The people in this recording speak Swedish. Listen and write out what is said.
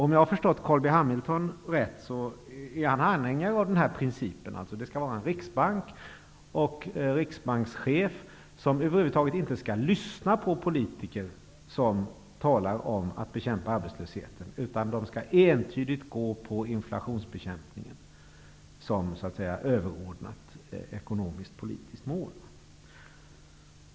Om jag har förstått Carl B Hamilton rätt är han anhängare av principen att riksbanken och riksbankschefen över huvud taget inte skall lyssna på politiker som talar om att bekämpa arbetslösheten. Man skall entydigt ha inflationsbekämpning som överordnat ekonomiskt--politiskt mål.